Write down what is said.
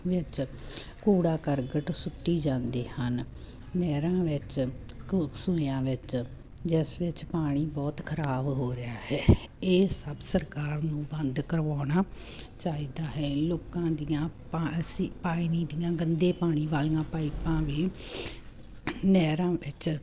ਵਿੱਚ ਕੂੜਾ ਕਰਕਟ ਸੁੱਟੀ ਜਾਂਦੇ ਹਨ ਨਹਿਰਾਂ ਵਿੱਚ ਸੂਇਆਂ ਵਿੱਚ ਜਿਸ ਵਿੱਚ ਪਾਣੀ ਬਹੁਤ ਖਰਾਬ ਹੋ ਰਿਹਾ ਹੈ ਇਹ ਸਭ ਸਰਕਾਰ ਨੂੰ ਬੰਦ ਕਰਵਾਉਣਾ ਚਾਹੀਦਾ ਹੈ ਲੋਕਾਂ ਦੀਆਂ ਪਾ ਸੀ ਪਾਣੀ ਦੀਆਂ ਗੰਦੇ ਪਾਣੀ ਵਾਲੀਆਂ ਪਾਇਪਾਂ ਵੀ ਨਹਿਰਾਂ ਵਿੱਚ